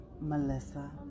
melissa